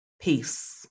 Peace